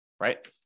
right